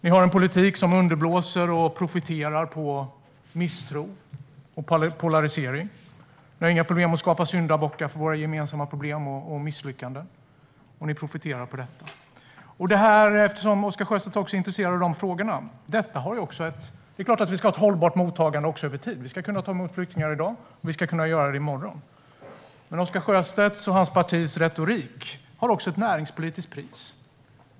Ni har en politik som underblåser och profiterar på misstroende och polarisering, Oscar Sjöstedt. Ni har inga problem med att skapa syndabockar för våra gemensamma problem och misslyckanden, och ni profiterar på det. Eftersom Oscar Sjöstedt är intresserad av dessa frågor: Det är klart att vi ska ha ett hållbart mottagande över tid. Vi ska kunna ta emot flyktingar i dag, och vi ska kunna göra det i morgon. Oscar Sjöstedts och hans partis retorik har ett näringspolitiskt pris.